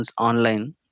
online